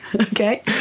Okay